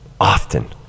Often